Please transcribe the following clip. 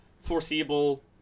foreseeable